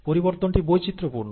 পরিবর্তনটি বৈচিত্র্যপূর্ণ